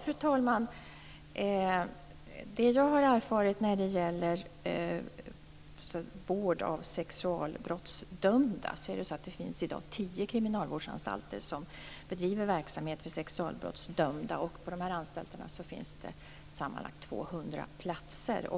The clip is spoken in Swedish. Fru talman! Det jag har erfarit när det gäller vård av sexualbrottsdömda är att det i dag finns tio kriminalvårdsanstalter som bedriver verksamhet för sexualbrottsdömda. På dessa anstalter finns det sammanlagt 200 platser.